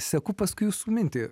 seku paskui jūsų mintį